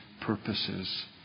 purposes